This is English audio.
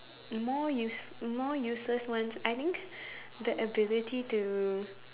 more use more useless ones I think the ability to